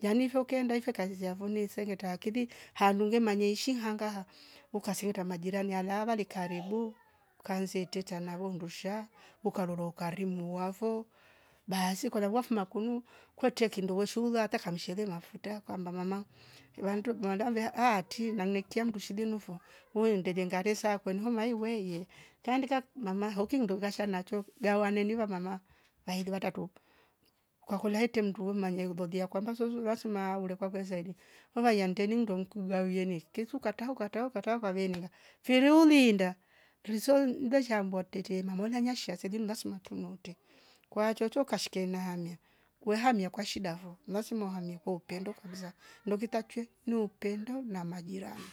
yani vokeenda ifo kazizi vo nisengeta akili halu ngele manye ishi hanga ha ukasireta majirani hala vali karibu ukaanze iteta naru ndusha ukaroro ukarimu wavo basi ukarawa fumkanu kwete kindo weshula ata kamshele mafuta kwamba mama wandu kunwa davea hati na nekia mndushilinovo wendelenga resa kwainwa maihe maiweye kiandika mama hauki ndugashana hacho gawaneni wamama waili watau kwakola hete mndu manya uleulolia kwamba sozwu ngasam ule kwakwe zanyi uvahiya ndeni ndo nkula yowene kesu ukataha ukataha ukataha kwa veninga mfiriu ulinda hiriso veshambua tete mamanya nyangashia shia seli mndasimu tunote kwa chocho kashke naamia kwe hamia kwa shida vo lazima hamia kwa upendo kabisa ndo kita chwi ni upendo na majirani